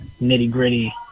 nitty-gritty